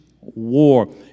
war